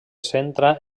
centra